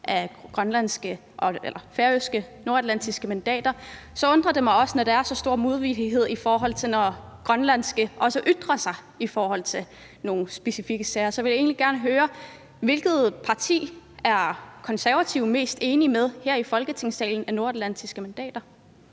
hos De Konservative, undrer det mig, når der er så stor modvillighed, i forhold til når de grønlandske har ytret sig i forhold til nogle specifikke sager. Så jeg vil egentlig gerne høre: Hvilket parti er Konservative mest enig med her i Folketingssalen af de nordatlantiske?